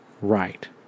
Right